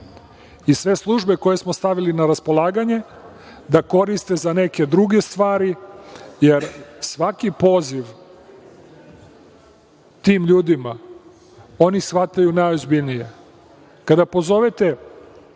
i sve službe koje smo stavili na raspolaganje da koriste za neke druge stvari, jer svaki poziv tim ljudima oni shvataju najozbiljnije. Kada pozovete